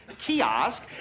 kiosk